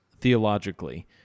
theologically